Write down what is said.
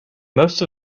most